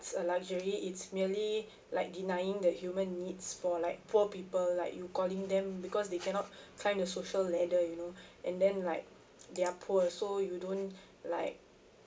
a luxury it's merely like denying the human needs for like poor people like you calling them because they cannot climb the social ladder you know and then like they are poor so you don't like